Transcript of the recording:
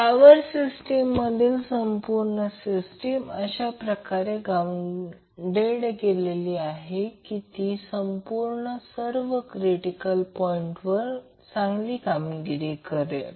power system मधील संपूर्ण system अशाप्रकारे ग्राउंडेट केलेली आहे की ती सर्व क्रिटिकल पॉईंटवर चांगली कामगिरी करेल